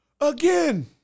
Again